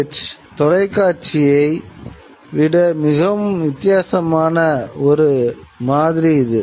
H DTH தொலைக்காட்சியை விட மிகவும் வித்தியாசமான ஒரு மாதிரி இது